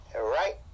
Right